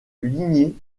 lignée